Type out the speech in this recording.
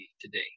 today